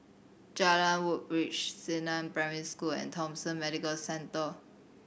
Jalan Woodbridge Xingnan Primary School and Thomson Medical Centre